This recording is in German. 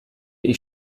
ich